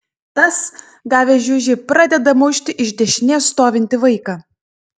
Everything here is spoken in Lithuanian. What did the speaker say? tas gavęs žiužį pradeda mušti iš dešinės stovintį vaiką